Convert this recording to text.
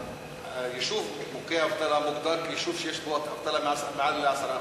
היישוב מוכה האבטלה מוגדר כיישוב שיש בו אבטלה מעל 10%,